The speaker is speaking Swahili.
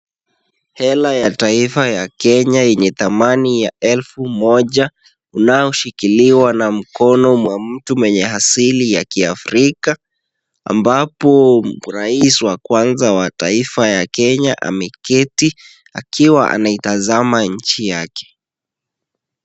Hela ya taifa ya Kenya yenye thamani ya elfu moja. Unaoshikiliwa nw mkono wa mtu mwenye asili ya Kiafrika, ambapo rais wa kwanza wa taifa ya Kenya ameketi akiwa anaitazama nchi yake.